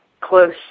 close